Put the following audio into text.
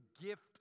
gift